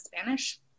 Spanish